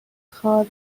خار